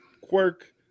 quirk